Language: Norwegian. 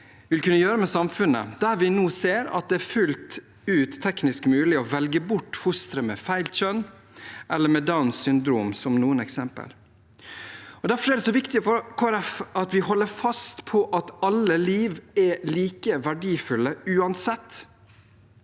vil kunne gjøre med samfunnet, der vi nå ser at det er fullt ut teknisk mulig å velge bort fostre med feil kjønn eller med Downs syndrom, som noen eksempler. Derfor er det så viktig for Kristelig Folkeparti at vi holder fast på at alle liv er like verdifulle uansett.